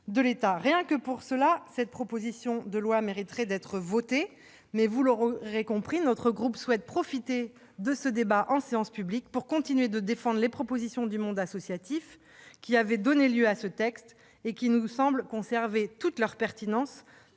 dernier. Rien que pour cela, la présente proposition de loi mériterait d'être votée. Mais, vous l'aurez compris, notre groupe souhaite profiter du débat en séance publique pour continuer de défendre les propositions du monde associatif qui avaient donné lieu à ce texte et qui nous semblent conserver toute leur pertinence,